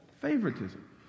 favoritism